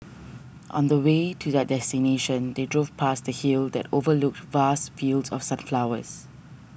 on the way to their destination they drove past a hill that overlooked vast fields of sunflowers